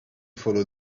follow